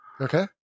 Okay